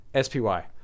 SPY